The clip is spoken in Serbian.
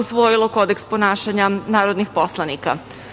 usvojilo kodeks ponašanja narodnih poslanika. Poslanici